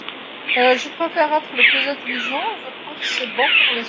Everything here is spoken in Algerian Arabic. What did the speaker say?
أفضل أن أكون الشخص الأذكى على الإطلاق، أعتقد أنه مفيد للروح.